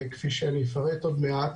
כפי שאני אפרט עוד מעט